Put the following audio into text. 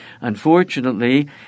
Unfortunately